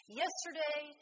yesterday